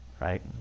Right